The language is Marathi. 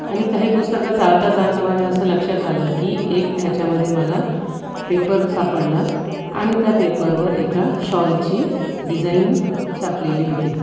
आणि काही पुस्तकं चाळता चाळता माझ्या असं लक्षात आलं की एक त्याच्यामध्ये मला पेपर सापडला आणि त्या पेपरवर एका शॉलची डिझाईन छापलेली होती